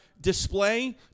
display